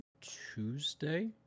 tuesday